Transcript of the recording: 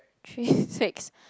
three six